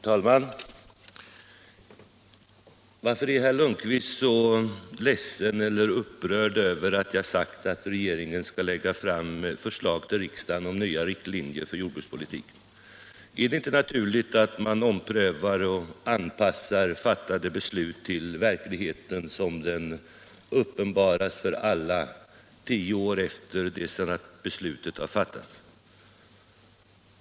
Herr talman! Varför är herr Lundkvist så ledsen eller upprörd över att jag har sagt att regeringen för riksdagen skall lägga fram ett förslag till nya riktlinjer för jordbrukspolitiken? Är det inte naturligt att man omprövar och anpassar fattade beslut till verkligheten, såsom denna uppenbaras för alla, tio år efter det att beslutet har fattats?